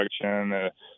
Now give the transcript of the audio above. production